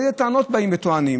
איזה טענות באים וטוענים?